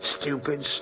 stupid